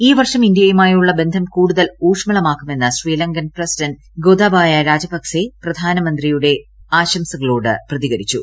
ഈ വർഷം ഇന്ത്യയുമായുള്ള ബന്ധം കൂടുതൽ ഊഷ്മളമാക്കുമെന്ന് ശ്രീലങ്കൻ പ്രസിഡന്റ് ഗോതബായ രജപക്സെ പ്രധാനമന്ത്രിയുടെ ആശംസകളോട് പ്രതികരിച്ചു